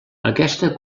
aquesta